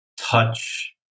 touch